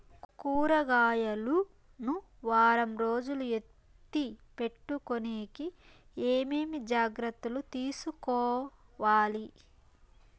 కూరగాయలు ను వారం రోజులు ఎత్తిపెట్టుకునేకి ఏమేమి జాగ్రత్తలు తీసుకొవాలి?